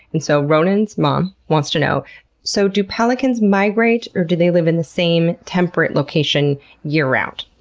and so, ronan's mom wants to know so do pelicans migrate? or do they live in the same temperate location year-round?